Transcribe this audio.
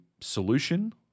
solution